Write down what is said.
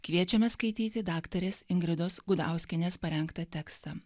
kviečiame skaityti daktarės ingridos gudauskienės parengtą tekstą